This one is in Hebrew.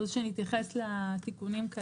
את רוצה להתייחס לתיקונים?